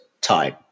time